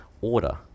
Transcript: order